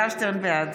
בעד